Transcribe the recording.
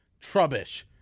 Trubbish